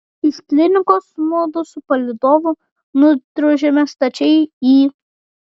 iš klinikos mudu su palydovu nudrožėme stačiai į